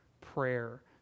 prayer